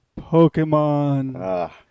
Pokemon